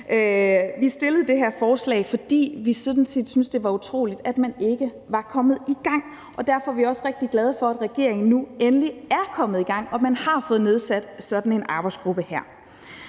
Vi fremsatte det her forslag, fordi vi sådan set syntes, det var utroligt, at man ikke var kommet i gang, og derfor er vi også rigtig glade for, at regeringen nu endelig er kommet i gang, og at man har fået nedsat sådan en arbejdsgruppe.